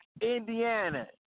Indiana